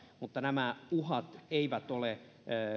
mutta nämä uhat eivät ole